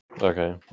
Okay